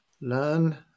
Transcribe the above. Learn